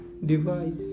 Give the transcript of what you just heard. device